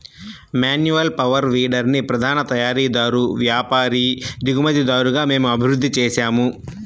manual power వీడర్ని ప్రధాన తయారీదారు, వ్యాపారి, దిగుమతిదారుగా మేము అభివృద్ధి చేసాము